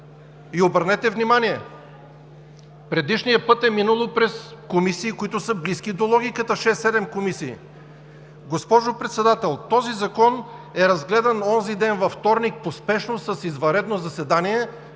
Обърнете внимание: предишния път е минал през комисии, които са близки до логиката – шест-седем комисии. Госпожо Председател, този закон е разгледан онзиден – във вторник, по спешност с извънредно заседание,